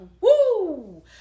woo